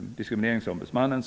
Diskrimineringsombudsmannen.